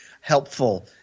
helpful